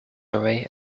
away